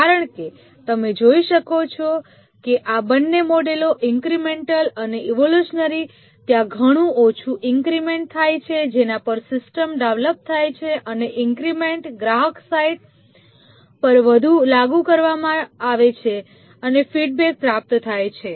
કારણ કે તમે જોઈ શકો છો કે આ બંને મોડેલો ઈન્ક્રિમેન્ટલ અને ઈવોલ્યુશનરી ત્યાં ઘણું ઓછું ઈન્ક્રિમેન્ટ થાય છે જેના પર સિસ્ટમ ડેવલપ થાય છે અને આ ઈન્ક્રિમેન્ટ ગ્રાહક સાઇટ પર લાગુ કરવામાં આવે છે અને ફીડબેક પ્રાપ્ત થાય છે